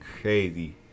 crazy